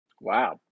Wow